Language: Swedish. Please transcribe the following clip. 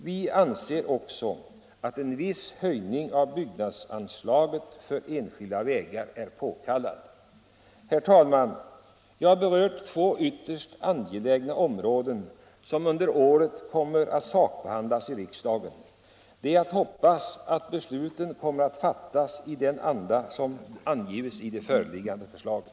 Vi anser också att en viss höjning av byggnadsanslaget för enskilda vägar är påkallad. Herr talman! Jag har berört två ytterst angelägna områden som under året kommer att sakbehandlas i riksdagen. Det är att hoppas att besluten kommer att fattas i den anda som angives i de föreliggande förslagen.